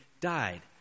died